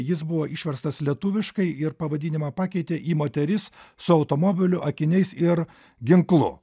jis buvo išverstas lietuviškai ir pavadinimą pakeitė į moteris su automobilių akiniais ir ginklu